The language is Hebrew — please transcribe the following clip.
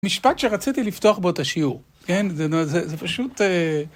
משפט שרציתי לפתוח בו את השיעור, כן? זה פשוט...